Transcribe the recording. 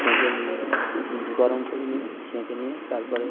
ছেঁকে নিয়ে গরম করে নিয়ে ছেঁকে নিয়ে তারপরে